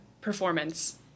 performance